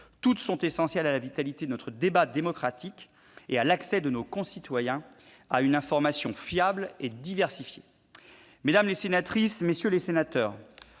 aides sont essentielles à la vitalité de notre débat démocratique et à l'accès de nos concitoyens à une information fiable et diversifiée. Mesdames, messieurs les sénateurs,